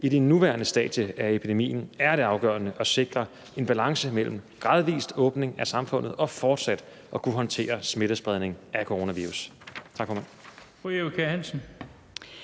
I det nuværende stadie af epidemien er det afgørende at sikre en balance mellem en gradvis åbning af samfundet og fortsat at kunne håndtere smittespredningen af coronavirus.